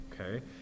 Okay